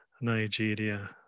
Nigeria